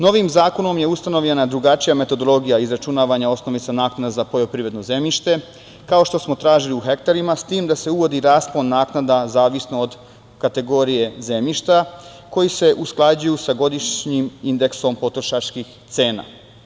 Novim zakonom je ustanovljena drugačija metodologija izračunavanja osnovice naknade za poljoprivredno zemljište, kao što smo tražili, u hektarima, s tim da se uvodi raspon naknada zavisno od kategorije zemljišta, koji se usklađuju sa godišnjim indeksom potrošačkih cena.